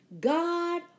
god